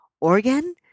organ